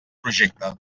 projecte